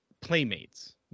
playmates